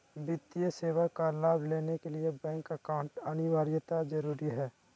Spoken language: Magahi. वित्तीय सेवा का लाभ लेने के लिए बैंक अकाउंट अनिवार्यता जरूरी है?